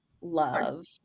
love